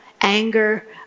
anger